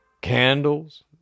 candles